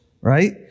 right